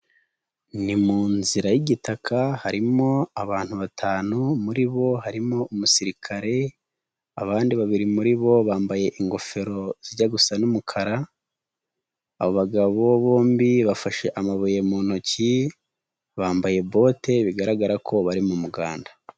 Ni mu nzira y'igitaka harimo abantu batanu muri bo harimo umusirikare, abandi babiri muri bo bambaye ingofero zijya gusa n'umukara, abagabo bombi bafashe amabuye mu ntoki bambaye bote bigaragara ko bari mu muganda.